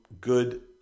good